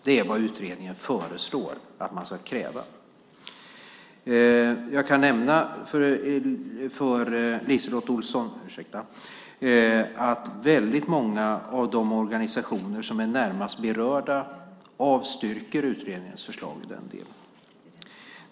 Det är vad utredningen föreslår att man ska kräva. Jag kan nämna för LiseLotte Olsson att väldigt många av de organisationer som är närmast berörda avstyrker utredningens förslag i den delen.